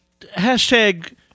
Hashtag